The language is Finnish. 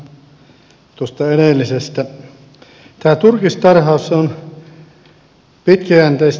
jatkan tuosta edellisestä